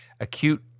Acute